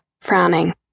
frowning